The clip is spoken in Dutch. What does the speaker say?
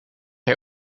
hij